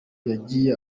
yagiye